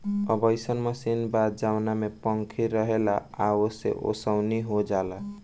अब अइसन मशीन बा जवना में पंखी रहेला आ ओसे ओसवनी हो जाला